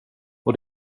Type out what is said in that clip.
och